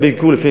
הביקור היה לפני